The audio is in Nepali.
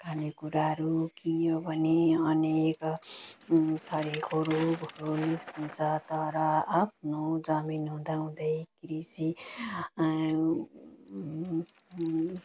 खाने कुराहरू किन्यो भने अनेक थरीको रोगहरू निस्कन्छ र आफ्नो जमिन हुँदा हुँदै कृषि